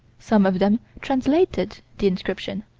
some of them translated the inscription.